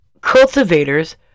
cultivators